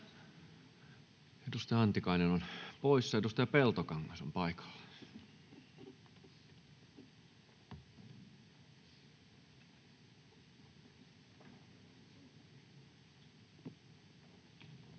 edustaja Antikainen on poissa. — Edustaja Peltokangas on paikalla. [Speech